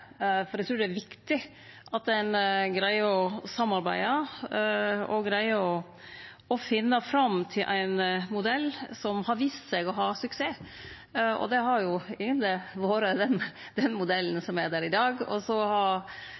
for eg trur det er viktig at ein greier å samarbeide og finne fram til ein modell som har vist seg å ha suksess, og det har eigentleg vore den modellen som er der i dag. Så har